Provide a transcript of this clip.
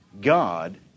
God